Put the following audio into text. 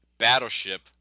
battleship